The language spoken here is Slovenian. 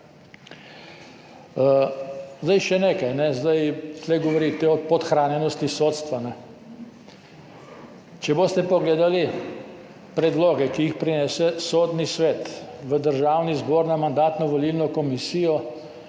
žal je tako. Še nekaj. Tu govorite o podhranjenosti sodstva. Če boste pogledali predloge, ki jih prinese Sodni svet v Državni zbor na Mandatno-volilno komisijo,